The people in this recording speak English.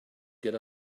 get